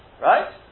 Right